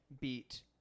beat